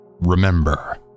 remember